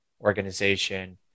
organization